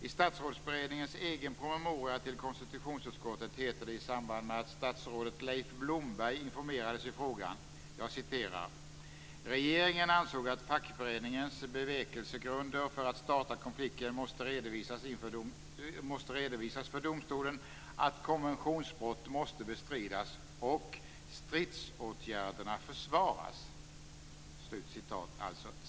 I statsrådsberedningens egen promemoria till konstitutionsutskottet heter det i samband med att statsrådet Leif Blomberg informerades i frågan: "Regeringen ansåg att fackföreningens bevekelsegrunder för att starta konflikten måste redovisas för domstolen, att konventionsbrott måste bestridas och stridsåtgärderna försvaras."